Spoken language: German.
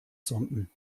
sonden